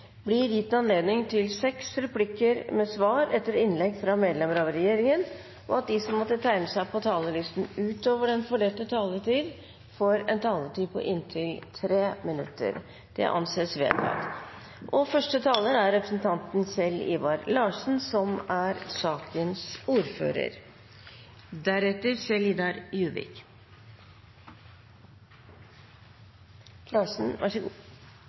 blir gitt anledning til tre replikker med svar etter innlegg fra partienes hovedtalere og seks replikker med svar etter innlegg fra medlem av regjeringen innenfor den fordelte taletid, og at de som måtte tegne seg på talerlisten utover den fordelte taletid, får en taletid på inntil 3 minutter. – Det anses vedtatt. Første taler er representanten Hege Jensen, for ordfører